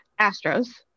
Astros